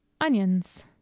Onions